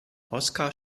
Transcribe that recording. oskar